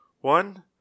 one